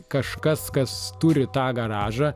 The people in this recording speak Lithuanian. kažkas kas turi tą garažą